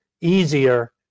easier